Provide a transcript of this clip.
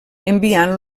enviant